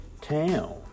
town